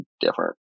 different